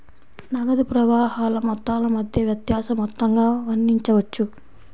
నగదు ప్రవాహాల మొత్తాల మధ్య వ్యత్యాస మొత్తంగా వర్ణించవచ్చు